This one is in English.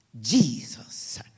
Jesus